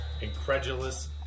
incredulous